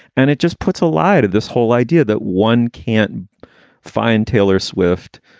and it just puts a lie to this whole idea that one can't find taylor swift,